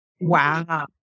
Wow